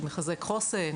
שמחזק חוסן,